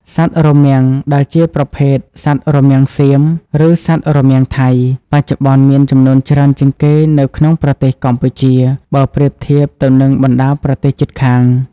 សត្វរមាំងដែលជាប្រភេទ សត្វរមាំងសៀម ឬសត្វរមាំងថៃ បច្ចុប្បន្នមានចំនួនច្រើនជាងគេនៅក្នុងប្រទេសកម្ពុជា បើប្រៀបធៀបទៅនឹងបណ្តាប្រទេសជិតខាង។